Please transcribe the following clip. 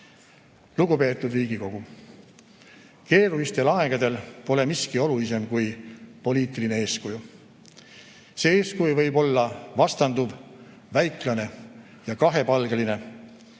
Lugupeetud Riigikogu! Keerulistel aegadel pole miski olulisem kui poliitiline eeskuju. See eeskuju võib olla vastanduv, väiklane ja kahepalgeline.